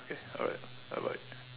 okay alright bye bye